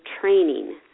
training